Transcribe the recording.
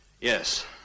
Yes